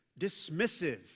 dismissive